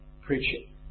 preaching